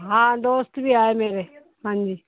ਹਾਂ ਦੋਸਤ ਵੀ ਆਏ ਮੇਰੇ ਹਾਂਜੀ